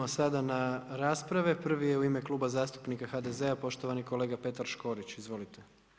Idemo sada na rasprave, prvi je u ime Kluba zastupnika HDZ-a poštovani kolega Petar Škorić, izvolite.